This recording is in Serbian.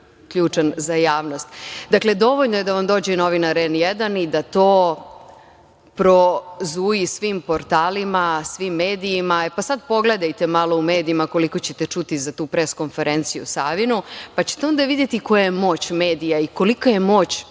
ključan za javnost. Dakle, dovoljno je da vam dođe novinar N1 i da to prozuji svim portalima, svim medijima. E, pa sad pogledajte malo u medijima koliko ćete čuti za tu pres konferenciju Savinu, pa ćete onda videti koja je moć medija i kolika je moć